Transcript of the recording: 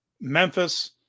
Memphis